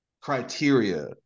criteria